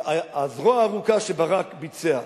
הזרוע הארוכה של ברק שביצע,